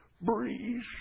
breeze